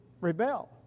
rebel